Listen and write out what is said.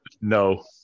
No